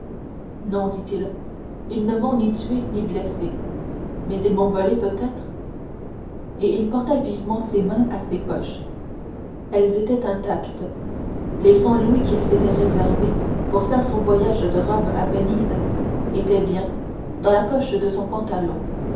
non dit-il ils ne m'ont tué ni blessé mais ils m'ont volé peut-être et il porta vivement ses mains à ses poches elles étaient intactes les cent louis qu'il s'était réservés pour faire son voyage de rome à venise étaient bien dans la poche de son pantalon